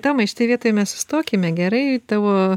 tomai šitoj vietoj mes sustokime gerai tavo